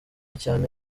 cyane